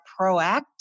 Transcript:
proactive